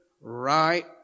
right